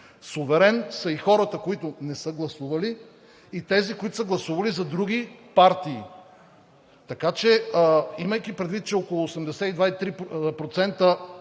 суверен са и хората, които не са гласували и тези, които са гласували за други партии. Така че, имайки, предвид че около 82